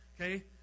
Okay